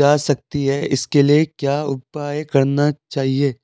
जा सकती है इसके लिए क्या उपाय करने चाहिए?